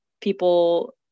People